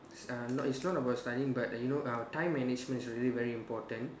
uh no it's not about studying but you know uh time management is really very important